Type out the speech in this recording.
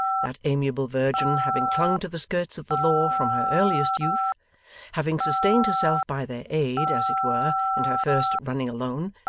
that amiable virgin, having clung to the skirts of the law from her earliest youth having sustained herself by their aid, as it were, in her first running alone,